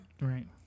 Right